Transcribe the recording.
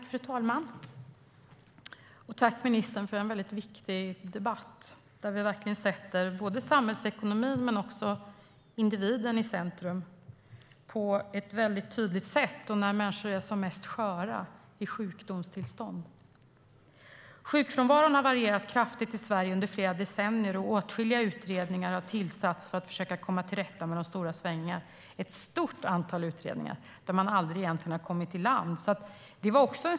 Fru talman! Tack, ministern, för en viktig debatt där vi verkligen sätter både samhällsekonomin och individen i centrum på ett tydligt sätt - när människor är som mest sköra, när de är sjuka. Sjukfrånvaron har varierat kraftigt i Sverige under flera decennier. Åtskilliga utredningar har tillsatts för att komma till rätta med de stora svängningarna. Det har varit ett stort antal utredningar där man aldrig egentligen har kommit i land.